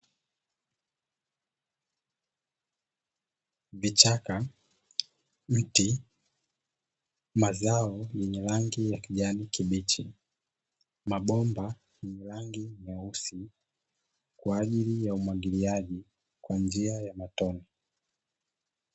Vichaka, miti, mazao yenye rangi ya kijani kibichi na mabomba yenye rangi nyeusi kwa ajili ya umwagiliaji kwa njia ya matone.